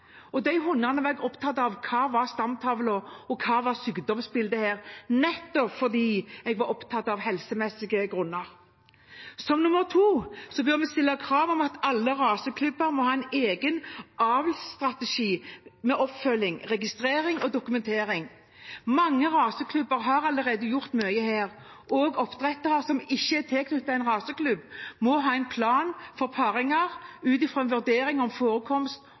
og jeg var opptatt av stamtavla og sykdomsbildet, nettopp fordi jeg var opptatt av det helsemessige. For det andre bør vi stille krav om at alle raseklubber må ha en egen avlsstrategi, med oppfølging, registrering og dokumentering. Mange raseklubber har allerede gjort mye her. Også oppdrettere som ikke er tilknyttet en raseklubb, må ha en plan for paringer ut fra en vurdering om forekomst